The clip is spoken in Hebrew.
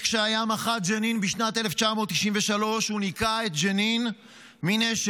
כשהיה מח"ט ג'נין בשנת 1993 הוא ניקה את ג'נין מנשק,